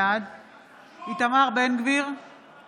בעד איתמר בן גביר, אינו נוכח